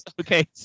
Okay